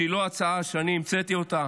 שהיא לא הצעה שאני המצאתי אותה,